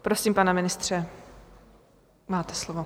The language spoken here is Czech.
Prosím, pane ministře, máte slovo.